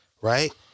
right